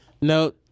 No